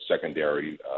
secondary